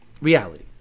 reality